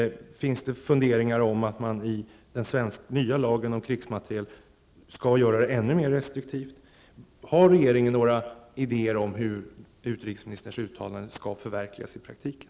Finns det funderingar om att man i den nya lagen om krigsmateriel skall göra bestämmelserna ännu mer restriktiva? Har regeringen några idéer om hur utrikesministerns uttalande skall förverkligas i praktiken?